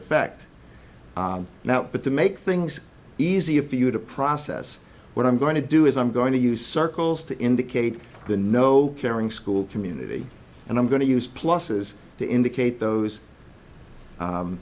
effect now but to make things easier for you to process what i'm going to do is i'm going to use circles to indicate the no caring school community and i'm going to use pluses to indicate those